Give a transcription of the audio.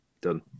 Done